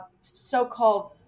so-called